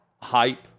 hype